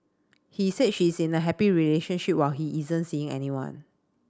he said she is in a happy relationship while he isn't seeing anyone